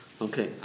Okay